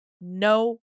no